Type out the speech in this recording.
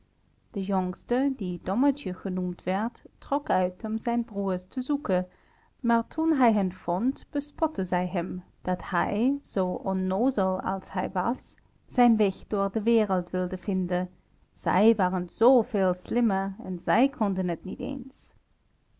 de jongste die dommertje genoemd werd trok uit om zijn broêrs te zoeken maar toen hij hen vond bespotten zij hem dat hij zoo onnoozel als hij was zijn weg door de wereld wilde vinden zij waren zveel slimmer en zij konden het niet eens